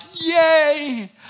yay